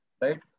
right